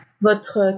votre